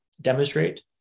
demonstrate